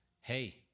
hey